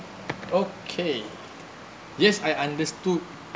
okay yes I understood